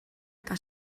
eta